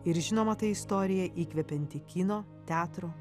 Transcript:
ir žinoma tai istorija įkvepianti kino teatro